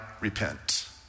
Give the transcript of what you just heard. repent